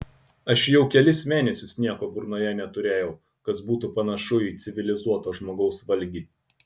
aš jau kelis mėnesius nieko burnoje neturėjau kas būtų panašu į civilizuoto žmogaus valgį